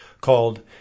called